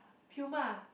Puma